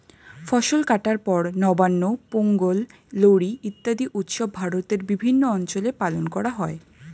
ফসল কাটার পর নবান্ন, পোঙ্গল, লোরী ইত্যাদি উৎসব ভারতের বিভিন্ন অঞ্চলে পালন করা হয়